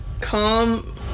calm